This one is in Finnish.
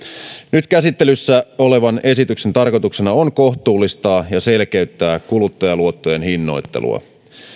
nyt käsittelyssä olevan esityksen tarkoituksena on kohtuullistaa ja selkeyttää kuluttajaluottojen hinnoittelua